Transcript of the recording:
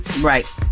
Right